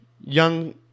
young